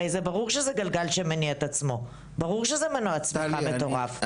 הרי ברור שזה גלגל שמניע את עצמו; זה מנוע צמיחה מטורף.